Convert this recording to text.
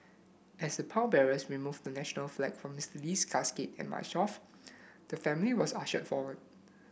as a pallbearers removed the national flag from Mr Lee's casket and marched off the family was ushered forward